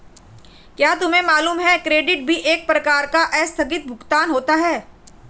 क्या तुम्हें मालूम है कि क्रेडिट भी एक प्रकार का आस्थगित भुगतान होता है?